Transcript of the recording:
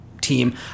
team